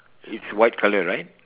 it's white colour right